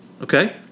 Okay